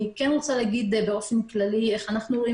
אני רוצה לומר באופן כללי איך אנחנו רואים